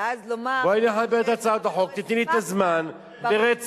בואי נחבר את הצעות החוק, תיתני לי את הזמן ברצף.